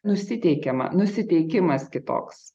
nusiteikiama nusiteikimas kitoks